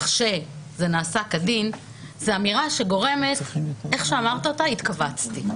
שזה נעשה כדין" זו אמירה שאיך שאמרת אותה התכווצתי.